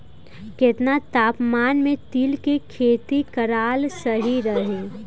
केतना तापमान मे तिल के खेती कराल सही रही?